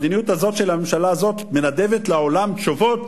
המדיניות הזאת של הממשלה הזאת מנדבת לעולם תשובות: